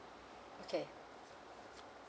okay